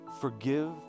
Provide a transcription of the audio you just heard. Forgive